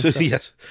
Yes